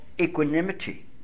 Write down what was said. equanimity